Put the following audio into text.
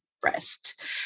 breast